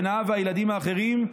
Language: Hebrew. בין האב והילדים האחרים,